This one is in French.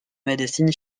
médecine